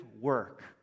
work